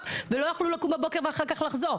ולא יכלו לקום בבוקר ולחזור אחר כך.